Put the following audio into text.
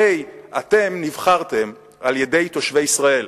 הרי אתם נבחרתם על-ידי תושבי ישראל,